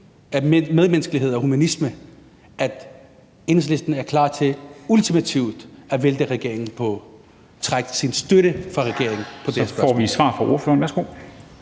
medmenneskelighed og humanisme, at Enhedslisten er klar til ultimativt at vælte regeringen ved at trække sin støtte til regeringen på dette spørgsmål. Kl. 13:34 Formanden